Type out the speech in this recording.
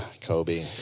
Kobe